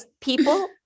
people